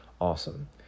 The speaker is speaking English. awesome